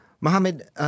Mohammed